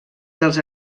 dels